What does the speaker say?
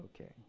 okay